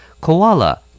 Koala